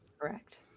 Correct